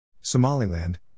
Somaliland